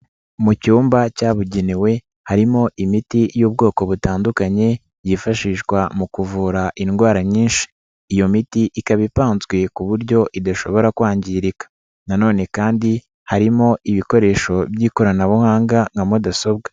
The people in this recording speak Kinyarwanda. Mu cyumba cyabugenewe harimo imiti y'ubwoko butandukanye yifashishwa mu kuvura indwara nyinshi, iyo miti ikaba ipanzwe ku buryo idashobora kwangirika nanone kandi harimo ibikoresho by'ikoranabuhanga nka mudasobwa.